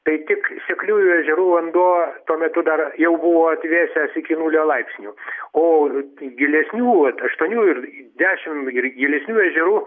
tai tik sekliųjų ežerų vanduo tuo metu dar jau buvo atvėsęs iki nulio laipsnių o gilesnių vat aštuonių ir dešim ir gilesnių ežerų